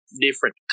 different